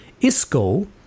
Isco